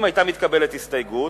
אם היתה מתקבלת הסתייגות,